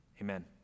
amen